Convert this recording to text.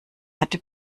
hatte